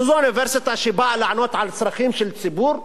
שזו אוניברסיטה שבאה לענות על צרכים של ציבור,